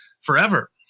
forever